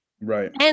Right